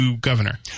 Governor